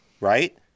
right